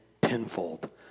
tenfold